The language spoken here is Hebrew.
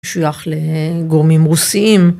משוייך לגורמים רוסיים.